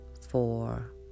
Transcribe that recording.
four